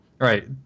Right